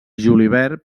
julivert